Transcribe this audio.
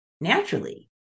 naturally